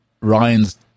Ryan's